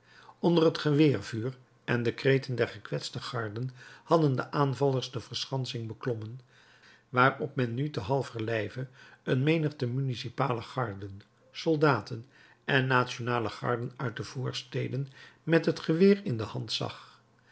onder het geweervuur en de kreten der gekwetste garden hadden de aanvallers de verschansing beklommen waarop men nu te halver lijve een menigte municipale garden soldaten en nationale garden uit de voorsteden met het geweer in de hand zag